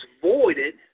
voided